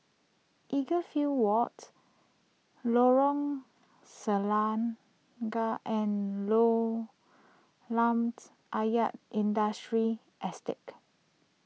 Edgefield Walt Lorong Selangat and Kolam Ayer Industrial Estate